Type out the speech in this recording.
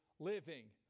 living